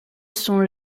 sont